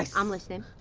like i'm listening.